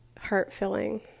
heart-filling